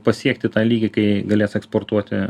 pasiekti tą lygį kai galės eksportuoti